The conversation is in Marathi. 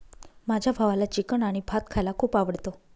माझ्या भावाला चिकन आणि भात खायला खूप आवडतं